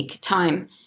time